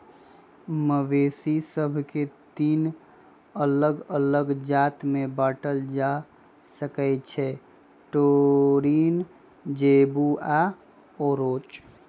मवेशि सभके तीन अल्लग अल्लग जात में बांटल जा सकइ छै टोरिन, जेबू आऽ ओरोच